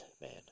man